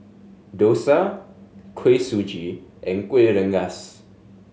dosa Kuih Suji and Kueh Rengas